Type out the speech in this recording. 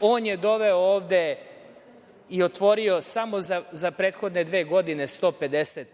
on je doveo ovde i otvorio samo za prethodne dve godine 150